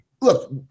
look